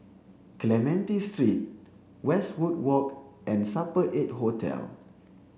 Clementi Street Westwood Walk and Supper eight Hotel